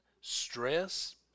stress